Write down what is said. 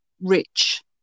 rich